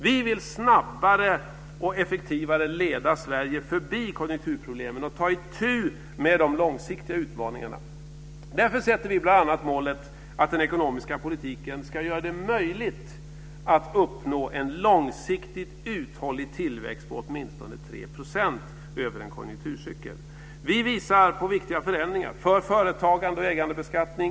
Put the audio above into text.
Vi vill snabbare och effektivare leda Sverige förbi konjunkturproblemen och ta itu med de långsiktiga utmaningarna. Därför sätter vi bl.a. målet att den ekonomiska politiken ska göra det möjligt att uppnå en långsiktigt uthållig tillväxt på åtminstone 3 % över en konjunkturcykel. Vi visar på viktiga förändringar för företagande och ägandebeskattning.